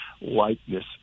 likeness